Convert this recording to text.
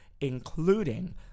including